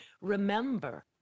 remember